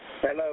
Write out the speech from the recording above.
Hello